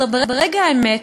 אבל ברגע האמת,